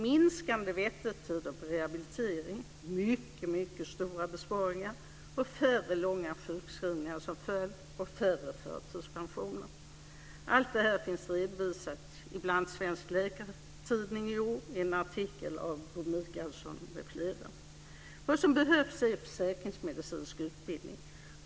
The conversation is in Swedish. Minskade väntetider på rehabilitering ger mycket stora besparingar med färre långa sjukskrivningar som följd och färre förtidspensioner. Allt detta finns redovisat i Svensk läkartidning i år i en artikel av Bo Michaelsson m.fl. Vad som behövs är försäkringsmedicinsk utbildning.